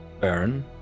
Baron